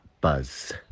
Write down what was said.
buzz